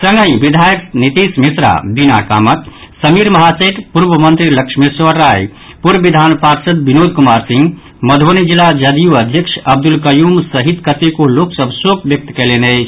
संगहि विधायक नीतीश मिश्रा मीणा कामत समीर महासेठ पूर्वमंत्री लक्ष्यमेश्वर राय पूर्व विधान पार्षद विनोद कुमार सिंह मधुबनी जिला जदयू अध्यक्ष अब्दूल कयूम सहित कतेको लोक सभ शोक व्यक्त कयलनि अछि